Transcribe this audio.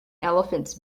elephants